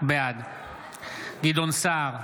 בעד גדעון סער,